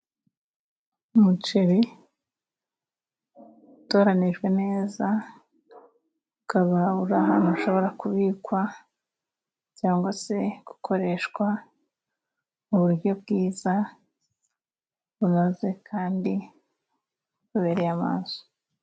Umuceri utoranijwe neza, ukaba urahantu hashobora kubikwa, cyangwa se gukoreshwa mu buryo bwiza, bunoze kandi bubereye amaso.